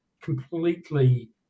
completely